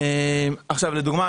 לדוגמה,